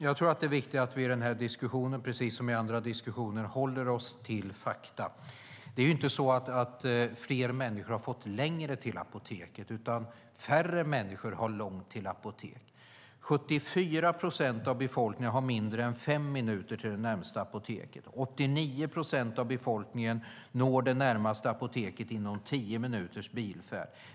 Fru talman! Det är viktigt att vi i denna diskussion, liksom i andra diskussioner, håller oss till fakta. Det är inte så att fler människor fått längre till apoteket, utan färre människor har långt till apoteket. 74 procent av befolkningen har mindre än fem minuter till närmaste apotek, 89 procent av befolkningen har närmaste apotek inom tio minuters bilfärd.